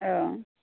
औ